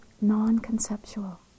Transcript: non-conceptual